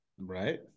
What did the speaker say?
Right